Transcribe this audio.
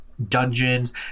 dungeons